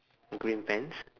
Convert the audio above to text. green pants